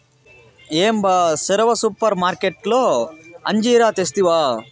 ఏం బా సెరవన సూపర్మార్కట్లో అంజీరా తెస్తివా